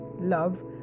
love